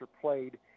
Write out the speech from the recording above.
played